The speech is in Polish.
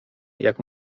jak